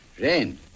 Rain